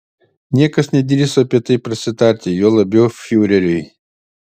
niekas nedrįso apie tai prasitarti juo labiau fiureriui